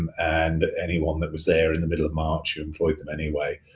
and anyone that was there in the middle of march you employed them anyway.